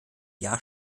jahr